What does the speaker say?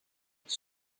his